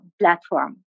platform